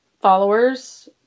followers